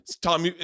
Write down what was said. tom